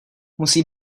musí